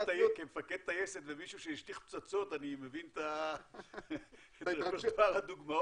כמפקד טייסת וכמישהו שהשליך פצצות אני מבין את אוצר הדוגמאות,